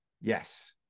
yes